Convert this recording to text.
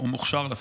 הוא מוכשר לפחות.